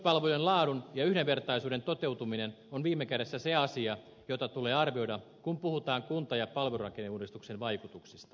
koulutuspalvelujen laadun ja yhdenvertaisuuden toteutuminen on viime kädessä se asia jota tulee arvioida kun puhutaan kunta ja palvelurakenneuudistuksen vaikutuksista